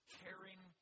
caring